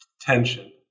tension